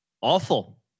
Awful